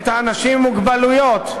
את האנשים עם המוגבלויות,